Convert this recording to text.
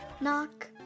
knock